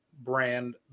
Brand